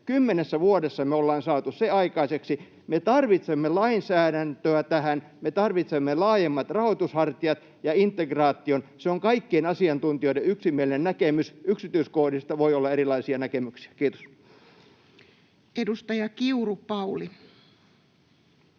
Kymmenessä vuodessa me ollaan saatu se aikaiseksi. Me tarvitsemme lainsäädäntöä tähän, me tarvitsemme laajemmat rahoitushartiat ja integraation. Se on kaikkien asiantuntijoiden yksimielinen näkemys. Yksityiskohdista voi olla erilaisia näkemyksiä. — Kiitos. Edustaja Kiuru, Pauli.